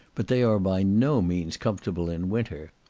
but they are by no means comfortable in winter.